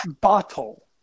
bottle